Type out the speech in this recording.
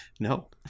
No